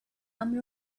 أمر